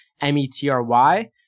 M-E-T-R-Y